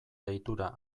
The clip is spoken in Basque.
deitura